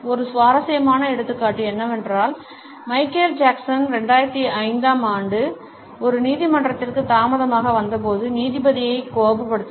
ஒரு சுவாரஸ்யமான எடுத்துக்காட்டு என்னவென்றால் மைக்கேல் ஜாக்சன் 2005 ஆம் ஆண்டில் ஒரு நீதிமன்றத்திற்கு தாமதமாக வந்தபோது நீதிபதியைக் கோபப்படுத்தினார்